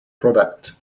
product